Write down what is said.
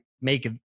make